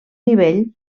nivell